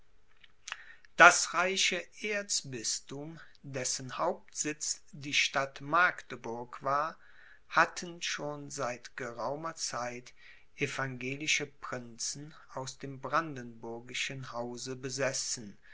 das reiche erzbisthum dessen hauptsitz die stadt magdeburg war hatten schon seit geraumer zeit evangelische prinzen aus dem brandenburgischen hause besessen